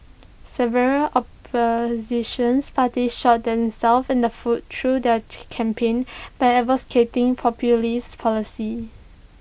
several oppositions parties shot themselves in the foot through their campaigns by advocating populist policies